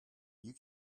you